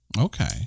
Okay